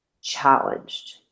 challenged